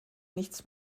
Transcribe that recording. nichts